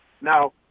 now